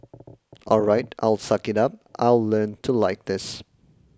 all right I'll suck it up I'll learn to like this